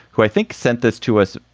who i think sent this to us.